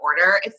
Order